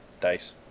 dice